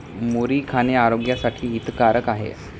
मुरी खाणे आरोग्यासाठी हितकारक आहे